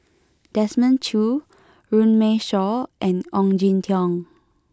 Desmond Choo Runme Shaw and Ong Jin Teong